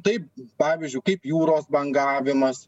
tai pavyzdžiui kaip jūros bangavimas